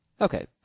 Okay